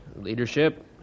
leadership